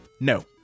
no